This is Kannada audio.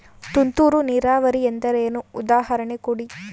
ತುಂತುರು ನೀರಾವರಿ ಎಂದರೇನು, ಉದಾಹರಣೆ ಕೊಡಿ?